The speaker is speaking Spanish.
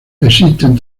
existen